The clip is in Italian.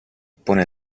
pone